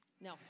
No